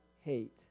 hate